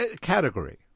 Category